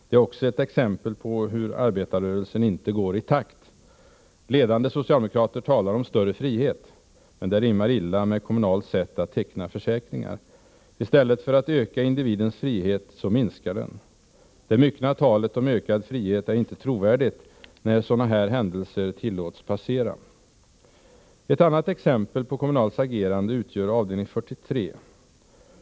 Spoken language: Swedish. Det är också ett exempel på hur arbetarrörelsen inte går i takt. Ledande socialdemokrater talar om större frihet. Men detta rimmar illa med Kommunals sätt att teckna försäkringar. I stället för att individens frihet ökar, så minskar den. Det myckna talet om ökad frihet är inte trovärdigt, när sådana här händelser tillåts passera. Ett annat exempel på Kommunals agerande kan tas från avdelning 43.